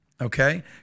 Okay